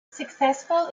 successful